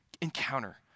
encounter